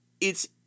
It's